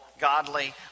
godly